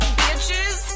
bitches